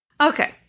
Okay